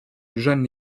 jane